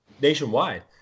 nationwide